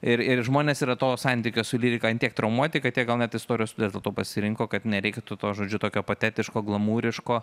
ir ir žmonės yra to santykio su lyrika ant tiek traumuoti kad jie gal net istorijos studijas dėl to pasirinko kad nereiktų to žodžiu tokio patetiško glamūriško